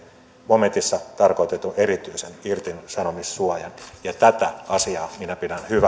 momentissa tarkoitetun erityisen irtisanomissuojan ja tätä asiaa minä pidän hyvänä hyvä että